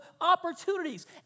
opportunities